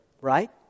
Right